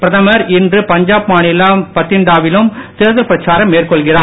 பிரதமர் இன்று பஞ்சாப் மாநிலம் பத்தின்டாவிலும் தேர்தல் பிரச்சாரம் மேற்கொள்கிறார்